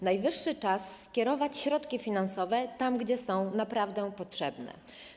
Najwyższy czas skierować środki finansowe tam, gdzie są naprawdę potrzebne.